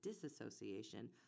disassociation